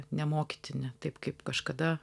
nemokytini taip kaip kažkada